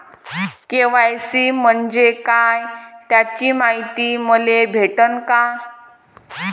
KYC म्हंजे काय त्याची मायती मले भेटन का?